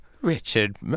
Richard